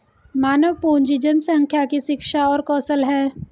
मानव पूंजी जनसंख्या की शिक्षा और कौशल है